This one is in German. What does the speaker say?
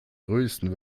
größten